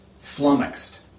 flummoxed